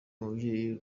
mubyeyi